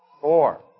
Four